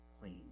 clean